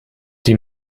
die